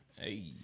Hey